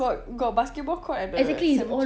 got got basketball court at the cemetery